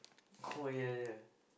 oh ya ya